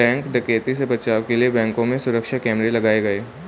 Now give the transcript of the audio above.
bank डकैती से बचाव के लिए बैंकों में सुरक्षा कैमरे लगाये गये